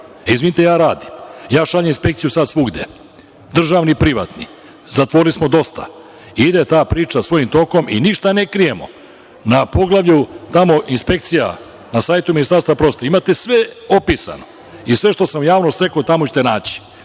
Izvinite ja radim. Ja šaljem inspekciju sada svugde – državni, privatni. Zatvorili smo dosta. Ide ta priča svojim tokom i ništa ne krijemo. Na poglavlju – inspekcija, na sajtu Ministarstva prosvete imate sve opisano. I sve što sam u javnosti rekao tamo ćete naći.